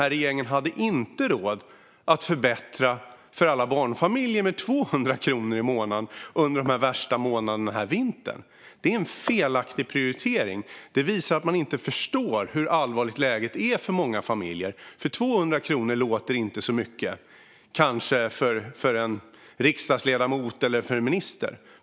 Regeringen hade dock inte råd att förbättra för alla barnfamiljer med 200 kronor i månaden under de värsta månaderna den här vintern. Det är en felaktig prioritering som visar att man inte förstår hur allvarligt läget är för många familjer. 200 kronor låter kanske inte så mycket för en riksdagsledamot eller för en minister.